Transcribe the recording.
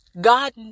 God